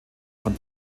von